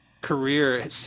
career